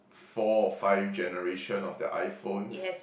four or five generation of the iPhones